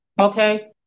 Okay